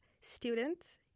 students